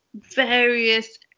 various